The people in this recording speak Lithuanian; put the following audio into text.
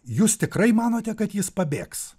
jūs tikrai manote kad jis pabėgs